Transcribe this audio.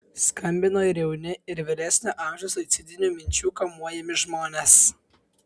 skambino ir jauni ir vyresnio amžiaus suicidinių minčių kamuojami žmonės